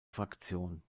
fraktion